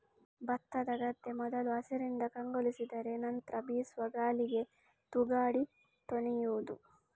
ಭತ್ತದ ಗದ್ದೆ ಮೊದಲು ಹಸಿರಿನಿಂದ ಕಂಗೊಳಿಸಿದರೆ ನಂತ್ರ ಬೀಸುವ ಗಾಳಿಗೆ ತೂಗಾಡಿ ತೊನೆಯುವುದು